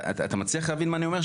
אתה מצליח להבין מה אני אומר?